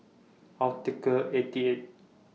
Optical eighty eight